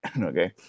Okay